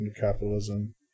capitalism